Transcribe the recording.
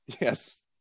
yes